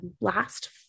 last